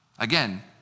Again